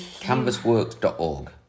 Canvasworks.org